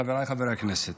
חבריי חברי הכנסת,